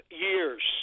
years